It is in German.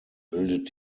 bildet